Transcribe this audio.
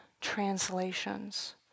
translations